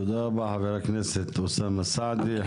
תודה רבה, חה"כ אוסאמה סעדי.